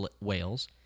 whales